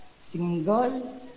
single